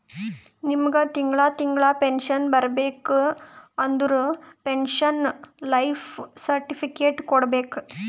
ನಿಮ್ಮಗ್ ತಿಂಗಳಾ ತಿಂಗಳಾ ಪೆನ್ಶನ್ ಸಿಗಬೇಕ ಅಂದುರ್ ಪೆನ್ಶನ್ ಲೈಫ್ ಸರ್ಟಿಫಿಕೇಟ್ ಕೊಡ್ಬೇಕ್